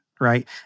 right